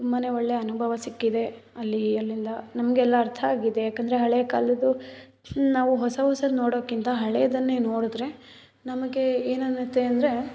ತುಂಬ ಒಳ್ಳೆಯ ಅನುಭವ ಸಿಕ್ಕಿದೆ ಅಲ್ಲಿ ಅಲ್ಲಿಂದ ನಮ್ಗೆ ಎಲ್ಲ ಅರ್ಥ ಆಗಿದೆ ಏಕಂದ್ರೆ ಹಳೆಯ ಕಾಲದ್ದು ನಾವು ಹೊಸ ಹೊಸದು ನೋಡೋಕ್ಕಿಂತ ಹಳೆಯದನ್ನೇ ನೋಡಿದ್ರೆ ನಮಗೆ ಏನನ್ನುತ್ತೆ ಅಂದರೆ